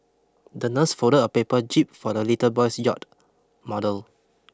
the nurse folded a paper jib for the little boy's yacht model